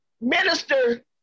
Minister